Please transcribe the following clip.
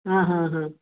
हा हा हा